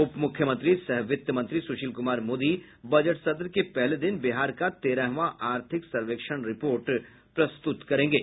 उपमुख्यमंत्री सह वित्त मंत्री सुशील कुमार मोदी बजट सत्र के पहले दिन बिहार का तेरहवां आर्थिक सर्वेक्षण रिपोर्ट प्रस्तुत करेंगे